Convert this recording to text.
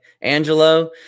Angelo